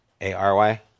A-R-Y